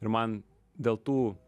ir man dėl tų